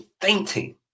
fainting